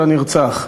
של הנרצח,